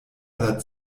aller